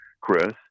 Chris